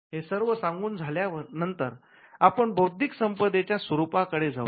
हे सर्व सांगून झाल्यानंतर आपण बौद्धिक संपदेच्या स्वरूपाकडे जाऊया